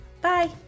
Bye